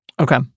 Okay